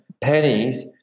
Pennies